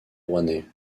rouennais